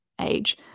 age